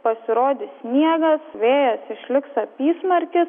pasirodys sniegas vėjas išliks apysmarkis